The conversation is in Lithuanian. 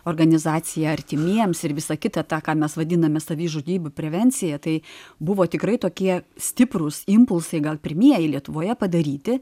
organizacija artimiems ir visa kita tą ką mes vadiname savižudybių prevencija tai buvo tikrai tokie stiprūs impulsai gal pirmieji lietuvoje padaryti